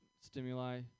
stimuli